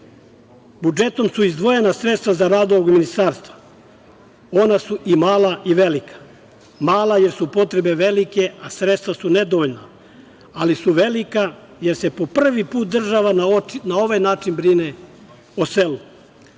Srbije. Budžetom su izdvojena sredstva za rad ovog ministarstva. Ona su i mala i velika. Mala, jer su potrebe velike, a sredstva su nedovoljna, ali su velika jer se po prvi put država na ovaj način brine o selu. Selu